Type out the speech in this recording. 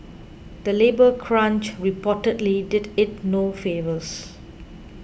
the labour crunch reportedly did it no favours